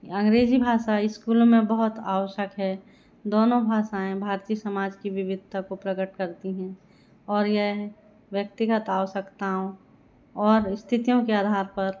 अंग्रेजी भाषा स्कूलों में बहुत आवश्यक है दोनों भाषाएँ भारतीय समाज की विविधता को प्रकट करती हैं और यह व्यक्तिगत आवश्यकताओं और स्थितियों के आधार पर